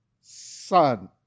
son